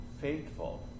faithful